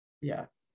Yes